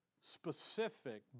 specific